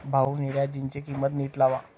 भाऊ, निळ्या जीन्सची किंमत नीट लावा